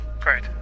Great